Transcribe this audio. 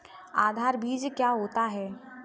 आधार बीज क्या होता है?